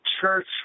Church